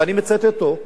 ואני מצטט אותו,